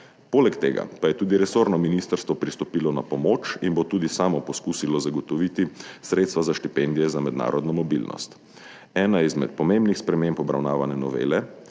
Poleg tega pa je tudi resorno ministrstvo pristopilo na pomoč in bo tudi samo poskusilo zagotoviti sredstva za štipendije za mednarodno mobilnost. Ena izmed pomembnih sprememb obravnavane novele